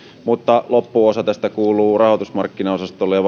mutta loppuosa tästä kuuluu rahoitusmarkkinaosastolle ja